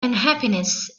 unhappiness